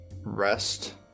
rest